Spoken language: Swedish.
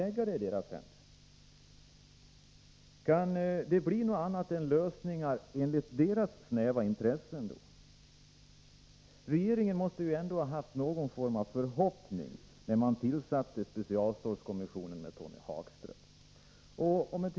Kan det i så fall bli någonting annat än lösningar inom ramen för deras snäva intressen? Regeringen måste ju ändå ha haft någon form av förhoppning när den tillsatte specialstålskommissionen med Tony Hagström.